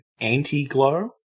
anti-glow